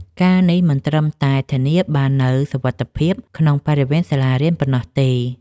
ការណ៍នេះមិនត្រឹមតែធានាបាននូវសុវត្ថិភាពក្នុងបរិវេណសាលារៀនប៉ុណ្ណោះទេ។